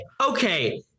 Okay